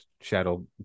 shadow